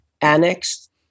annexed